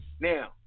Now